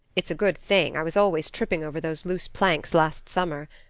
it's a good thing. i was always tripping over those loose planks last summer.